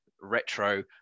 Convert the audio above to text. retro